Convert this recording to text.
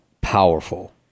powerful